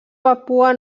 papua